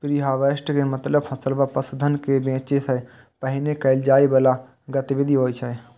preharvest के मतलब फसल या पशुधन कें बेचै सं पहिने कैल जाइ बला गतिविधि होइ छै